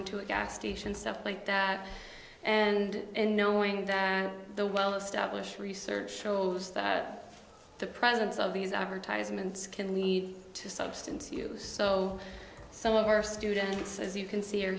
into a gas station stuff like that and knowing that the well established research shows that the presence of these advertisements can we need to substance use so some of our students as you can see